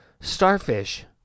Starfish